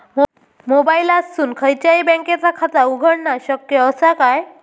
मोबाईलातसून खयच्याई बँकेचा खाता उघडणा शक्य असा काय?